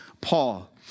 Paul